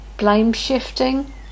Blame-shifting